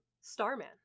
Starman